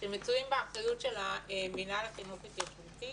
שמצויים באחריות של מינהל חינוך התיישבותי